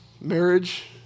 marriage